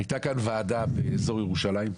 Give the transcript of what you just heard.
היתה כאן ועדה באיזור ירושלים,